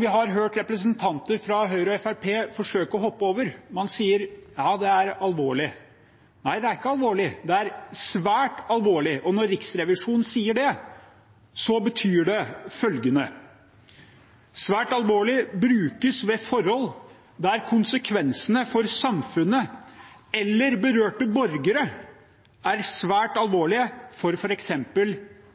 vi har hørt representanter fra Høyre og Fremskrittspartiet forsøke å hoppe over. Man sier at ja, det er alvorlig. Nei, det er ikke alvorlig, det er svært alvorlig. Når Riksrevisjonen sier det, betyr det følgende: «Svært alvorlig» brukes ved forhold der konsekvensene for samfunnet eller berørte borgere er svært alvorlig for f.eks.